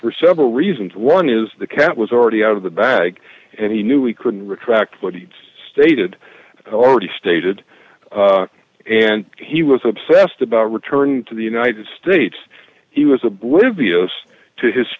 for several reasons one is the cat was already out of the bag and he knew we couldn't retract what he stated already stated and he was obsessed about returning to the united states he was oblivious to his